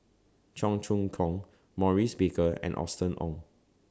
Cheong Choong Kong Maurice Baker and Austen Ong